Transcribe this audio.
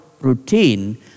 routine